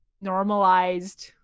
normalized